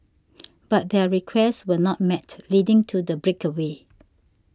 but their requests were not met leading to the breakaway